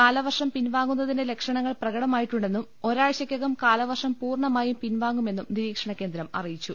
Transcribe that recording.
കാല വർഷം പിൻവാങ്ങുന്നതിന്റെ ലക്ഷണങ്ങൾ പ്രകടമായിട്ടുണ്ടെന്നും ഒരാഴ്ചയ്ക്കകം കാലവർഷം പൂർണമായും പിൻവാങ്ങുമെന്നും നിരീക്ഷണകേന്ദ്രം അറിയിച്ചു